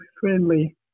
friendly